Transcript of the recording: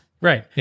Right